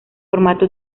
formato